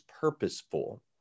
purposeful